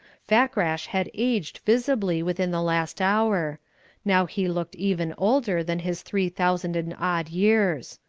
fakrash had aged visibly within the last hour now he looked even older than his three thousand and odd years.